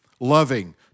loving